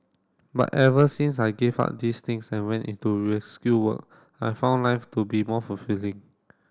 but ever since I gave up these things and went into rescue work I've found life to be more fulfilling